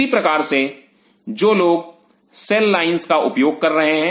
इसी प्रकार से जो लोग सेल लाइंस का उपयोग कर रहे हैं